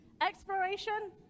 Exploration